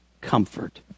comfort